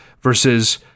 versus